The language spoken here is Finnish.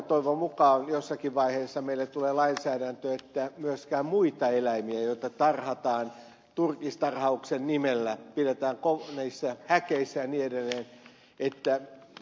toivon mukaan jossakin vaiheessa meille tulee lainsäädäntö että myöskään muitten eläimien joita tarhataan turkistarhauksen nimellä pidetään häkeissä ja niin edelleen